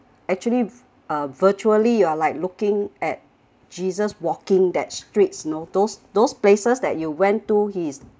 actually a virtually you are like looking at jesus walking that streets you know those those places that you went to he's